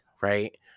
Right